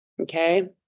Okay